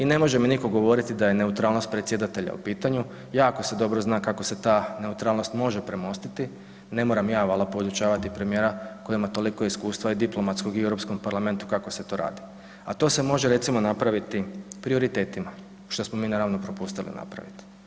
I ne može mi nitko govoriti da je neutralnost predsjedatelja u pitanju, jako se dobro zna kako se ta neutralnost može premostiti, ne moram ja valjda podučavati premijera koji ima toliko iskustva i diplomatskog i u Europskom parlamentu kako se to radi, a to se može recimo napraviti prioritetima, što smo mi naravno propustili napraviti.